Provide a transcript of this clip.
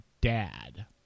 Dad